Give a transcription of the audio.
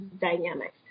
dynamics